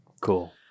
Cool